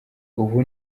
ubu